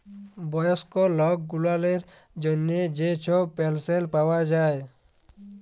বয়স্ক লক গুলালের জ্যনহে যে ছব পেলশল পাউয়া যায়